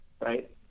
right